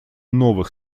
новых